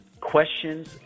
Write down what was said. Questions